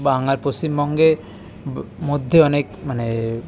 বাংলায় পশ্চিমবঙ্গের মধ্যে অনেক মানে